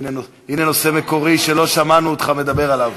הנה נושא מקורי שלא שמענו אותך מדבר עליו.